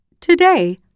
Today